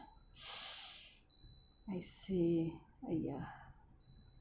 I see !aiya!